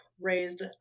raised